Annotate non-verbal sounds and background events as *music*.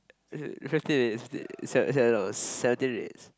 *laughs* fifteen is seven seven no seventeen is